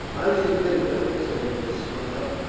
i should think, beric said with a smile,